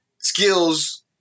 Skills